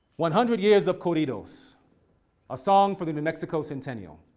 one hundred years of corridos are song for the new mexico centennial.